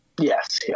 Yes